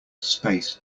space